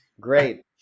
Great